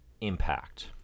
impact